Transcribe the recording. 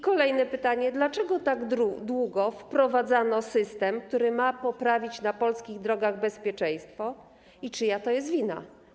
Kolejne pytanie: Dlaczego tak długo wprowadzano system, który ma poprawić na polskich drogach bezpieczeństwo, i czyja to jest wina?